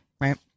Right